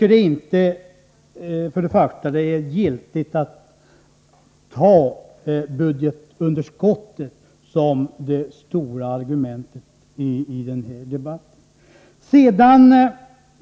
För det första tycker jag inte det är riktigt att använda budgetunderskottet som det största argumentet i den här debatten.